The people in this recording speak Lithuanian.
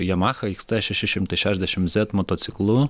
yamaha xt šeši šimtai šešiasdešim zet motociklu